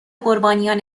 قربانیان